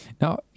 now